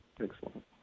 excellent